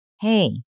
hey